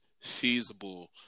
feasible